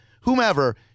whomever